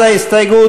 ההסתייגות?